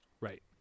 Right